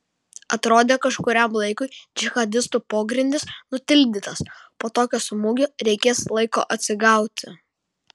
atrodė kažkuriam laikui džihadistų pogrindis nutildytas po tokio smūgio reikės laiko atsigauti